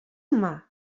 yma